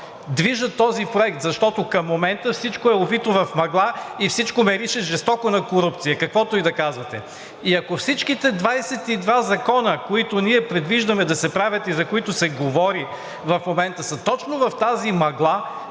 движат този проект, защото към момента всичко е обвито в мъгла и всичко мирише жестоко на корупция, каквото и да казвате. И ако всичките 22 закона, които ние предвиждаме да се правят и за които се говори в момента, са точно в тази мъгла,